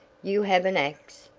you have an ax.